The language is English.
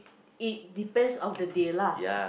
it depends of the day lah